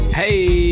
hey